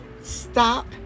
Stop